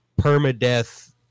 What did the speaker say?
permadeath